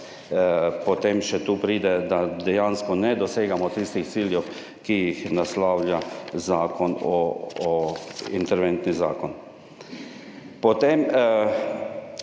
potem še tu pride, da dejansko ne dosegamo tistih ciljev, ki jih naslavlja zakon o, o interventni zakon. Potem